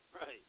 Right